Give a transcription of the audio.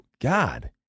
God